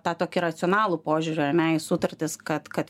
tą tokį racionalų požiūrį ar ne į sutartis kad kad